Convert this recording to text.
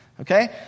okay